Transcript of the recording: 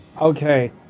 okay